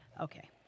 Okay